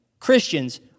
Christians